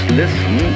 listen